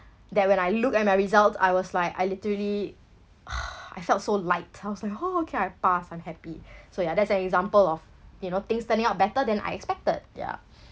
then when I look at my results I was like I literally I felt so light I was like oh okay I pass I'm happy so yeah that's an example of you know things turning out better than I expected ya